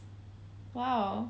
!wow!